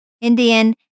Indian